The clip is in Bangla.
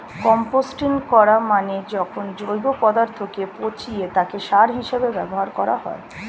কম্পোস্টিং করা মানে যখন জৈব পদার্থকে পচিয়ে তাকে সার হিসেবে ব্যবহার করা হয়